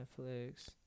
Netflix